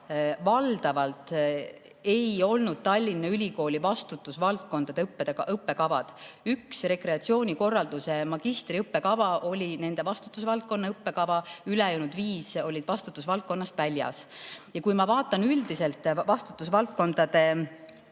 valdavalt Tallinna Ülikooli vastutusvaldkondade õppekavad. Üks rekreatsioonikorralduse magistriõppekava oli nende vastutusvaldkonna õppekava, ülejäänud viis olid vastutusvaldkonnast väljas. Ma vaatan üldiselt vastutusvaldkondade